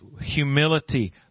humility